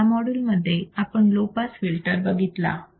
तर या माॅड्यूल मध्ये आपण लो पास फिल्टर बघितला